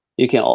you can, ah